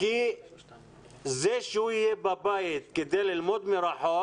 כי זה שהוא יהיה בבית כדי ללמוד מרחוק,